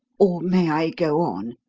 or may i go on?